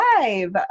live